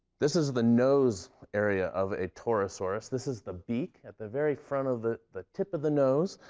this is the nose area of a torosaurus. this is the beak at the very front of the the tip of the nose.